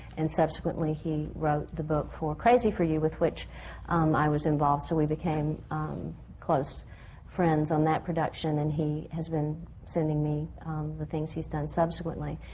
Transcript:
and subsequently, he wrote the book for crazy for you, with which i was involved, so we became close friends on that production. and he has been sending me the things he's done subsequently.